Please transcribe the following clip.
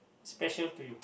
special to you